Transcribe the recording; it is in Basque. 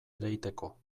ereiteko